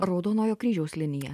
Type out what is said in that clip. raudonojo kryžiaus linija